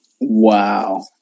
Wow